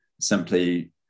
simply